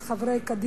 את חברי קדימה,